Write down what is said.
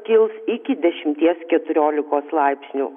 kils iki dešimties keturiolikos laipsnių